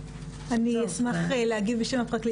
אני אשמח להגיב בשם הפרקליטות.